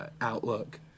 outlook